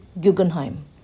Guggenheim